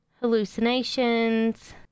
hallucinations